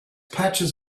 patches